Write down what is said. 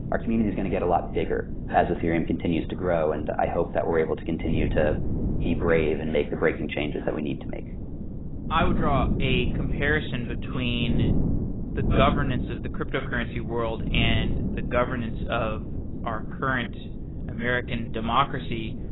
our community is going to get a lot bigger bigger as ethereum continuous to grow, and i hope that we're able to continue to be brave and make the breaking changes that we need to make i would draw a comparison between the governance of the cryptocurrency world and the governance of our current american democracy,